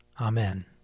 Amen